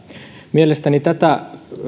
mielestäni tätä